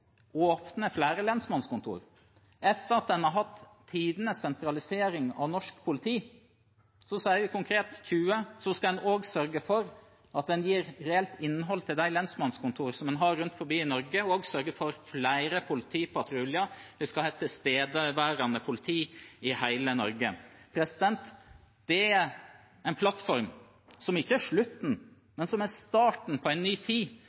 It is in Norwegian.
åpne flere lensmannskontor, konkret tjue, etter at en har hatt tidenes sentralisering av norsk politi. En skal også sørge for at en gir reelt innhold til de lensmannskontorene som en har rundt omkring i Norge, og også sørge for flere politipatruljer. Vi skal ha et tilstedeværende politi i hele Norge. Dette er en plattform som ikke er slutten, men starten, på en ny tid,